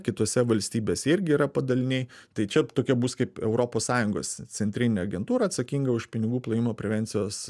kitose valstybėse irgi yra padaliniai tai čia tokia bus kaip europos sąjungos centrinė agentūra atsakinga už pinigų plovimo prevencijos